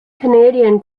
canadian